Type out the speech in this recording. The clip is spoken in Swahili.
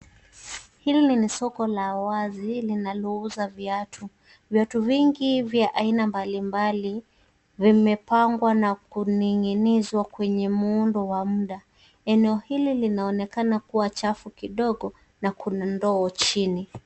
Hili ni soko la wazi linalouza viatu. Viatu vingi vya aina mbalimbali vimepangwa na kuning'inizwa kwenye muundo wa muda. Eneo hili linaonekana kuwa chafu kidogo na kuna ndoo chini.